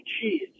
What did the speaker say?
cheese